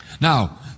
Now